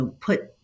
put